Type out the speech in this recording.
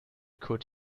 could